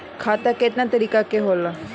खाता केतना तरीका के होला?